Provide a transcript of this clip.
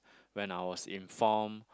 when I was inform